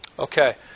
Okay